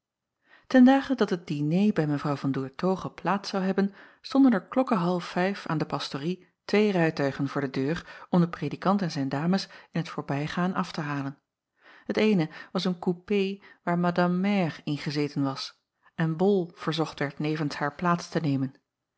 en dage dat het diner bij w an oertoghe plaats zou hebben stonden er klokke half vijf aan de pastorie twee rijtuigen voor de deur om den predikant en zijn dames in t voorbijgaan af te halen et eene was een coupé waar madame mère in gezeten was en ol verzocht werd nevens haar plaats te nemen